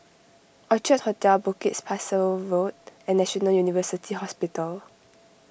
Orchard Hotel Bukit Pasoh Road and National University Hospital